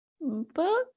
book